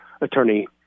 attorney